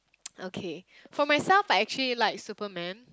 okay for myself I actually like superman